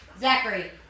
Zachary